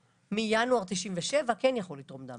מינואר 97' כן יכולים לתרום דם.